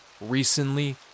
recently